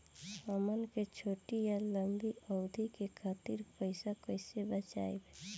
हमन के छोटी या लंबी अवधि के खातिर पैसा कैसे बचाइब?